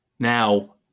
Now